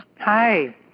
Hi